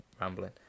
rambling